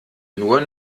nur